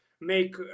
make